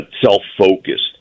self-focused